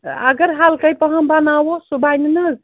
اَگر ہَلکَے پَہَم بَناوو سُہ بَنہِ نہٕ حظ